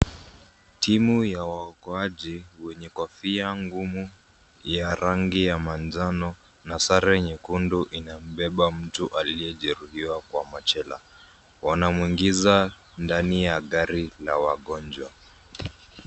Timu ya waokoaji wenye kofia ngumu ya rangi ya manjano na sare nyekundu inambeba mtu aliyejeruhiwa kwa machela. Wanamuingiza ndani ya gari la wagonjwa.